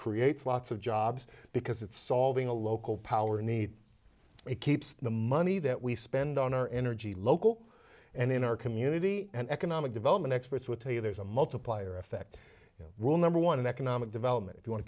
creates lots of jobs because it's solving a local power need it keeps the money that we spend on our energy local and in our community and economic development experts will tell you there's a multiplier effect rule number one in economic development if you wan